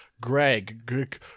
Greg